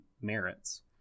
merits